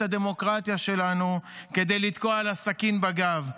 הדמוקרטיה שלנו כדי לתקוע לה סכין בגב.